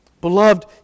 Beloved